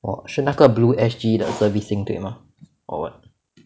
orh 是那个 blue S_G 的 servicing 对吗 or what